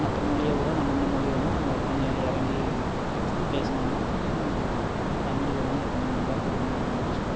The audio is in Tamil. மற்ற மொழியைவிட நம்ம இந்த மொழி வந்து நம்ம கொஞ்சம் இறங்கி பேசுனோம்னால் கொஞ்சம் இன்னும் நல்லாயிருக்கும் தமிழில் வந்து எப்பயுமே வந்து அதிகமாக நம்ம யூஸ் பண்ணணும்